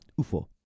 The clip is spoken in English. Ufo